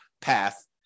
path